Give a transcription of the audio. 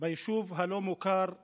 ביישוב הלא-מוכר אל-עראקיב.